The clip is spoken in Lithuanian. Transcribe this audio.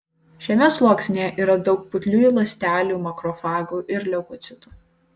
šiame sluoksnyje yra daug putliųjų ląstelių makrofagų ir leukocitų